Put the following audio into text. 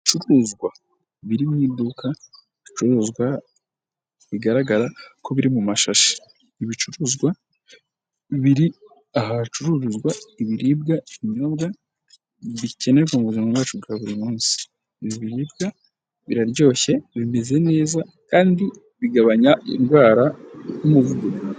Ibicuruzwa biri mu iduka, ibicuruzwa bigaragara ko biri mu mashashi. Ni ibicuruzwa biri ahantu hacururizwa ibiribwa, ibinyobwa bikenerwa mu buzima bwacu bwa buri munsi. Ibi biribwa biraryoshye bimeze neza kandi bigabanya indwara y'umuvuduko.